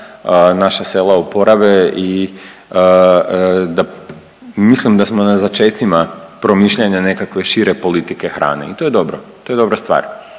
naša sela oporave i da, mislim da smo na začecima promišljanja nekakve šire politike hrane. I to je dobro, to je dobra stvar.